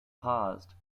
paused